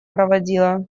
проводила